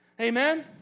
Amen